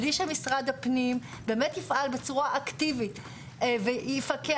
בלי שמשרד הפנים יפעל בצורה אקטיבית ויפקח